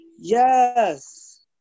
yes